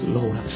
Lord